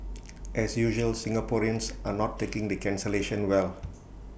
as usual Singaporeans are not taking the cancellation well